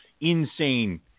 insane